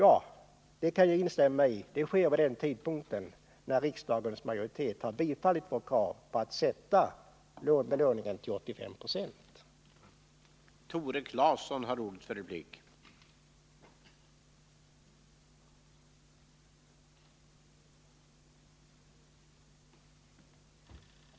Ja, detta kan jag instämma i. Sänkningen kan ske vid den tidpunkt då riksdagens majoritet bifallit vårt krav på att sätta belåningen till 85 9.